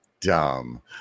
dumb